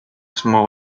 small